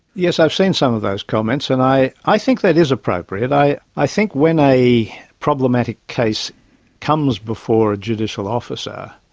yes, i've seen some of those comments and i i think that is appropriate. i i think when a problematic case comes before a judicial officer,